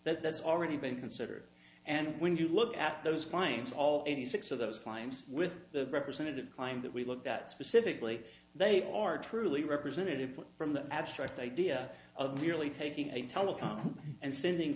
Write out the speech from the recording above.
that's already been considered and when you look at those finds all eighty six of those claims with the representative claim that we looked at specifically they are truly representative from the abstract idea of merely taking a telephone and sending